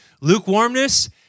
Lukewarmness